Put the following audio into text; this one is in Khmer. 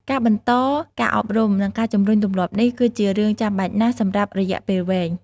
ការបន្តការអប់រំ និងការជំរុញទម្លាប់នេះ គឺជារឿងចាំបាច់ណាស់សម្រាប់រយៈពេលវែង។